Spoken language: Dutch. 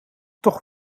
toch